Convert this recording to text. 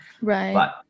Right